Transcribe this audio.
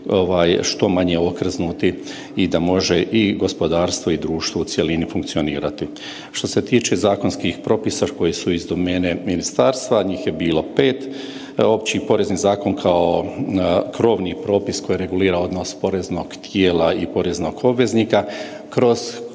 što manje okrznuti i da može gospodarstvo i društvo u cjelini funkcionirati. Što se tiče zakonskih propisa koji su iz domene ministarstva, njih je bilo pet, Opći porezni zakon kao krovni propis koji regulira odnos poreznog tijela i poreznog obveznika kroz čiju